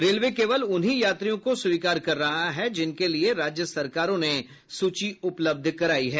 railway केवल उन्हीं यात्रियों को स्वीकार कर रहा है जिनके लिए राज्य सरकारों ने सूची उपलब्ध कराई है